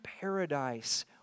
paradise